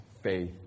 faith